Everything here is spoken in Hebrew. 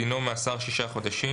דינו - מאסר שישה חודשים: